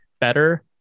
better